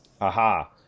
Aha